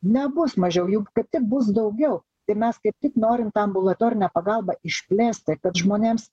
nebus mažiau juk kaip tik bus daugiau tai mes kaip tik norim tą ambulatorinę pagalbą išplėsti kad žmonėms